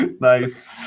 Nice